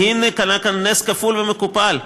והנה, קרה כאן נס כפול ומכופל: